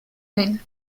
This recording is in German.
ein